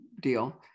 deal